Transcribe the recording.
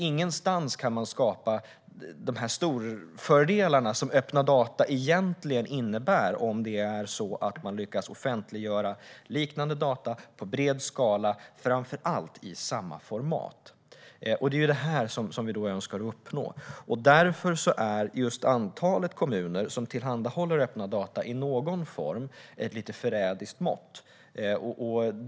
Ingenstans kan man skapa de storfördelar som öppna data egentligen innebär om man lyckas offentliggöra liknande data i bred skala och framför allt i samma format, vilket är vad vi önskar uppnå. Därför är just antalet kommuner som tillhandahåller öppna data i någon form ett lite förrädiskt mått.